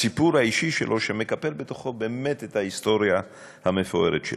הסיפור האישי שלו שמקפל בתוכו באמת את ההיסטוריה המפוארת שלנו.